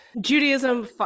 Judaism